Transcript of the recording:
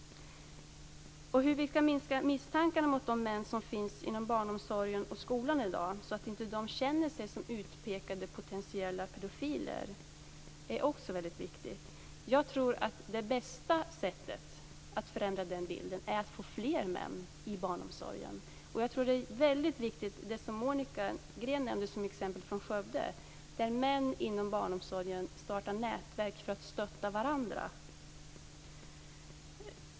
Hur vi skall minska misstankarna mot de män som finns inom barnomsorgen och skolan i dag, så att de inte känner sig som utpekade potentiella pedofiler, är också väldigt viktigt. Jag tror att det bästa sättet att förändra den bilden är att få in fler män till barnomsorgen. Det exempel som Monica Green nämnde från Skövde är väldigt viktigt, nämligen att män inom barnomsorgen startar nätverk för att stötta varandra.